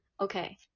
okay